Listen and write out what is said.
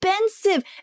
expensive